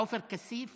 עופר כסיף